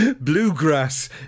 bluegrass